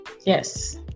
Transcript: Yes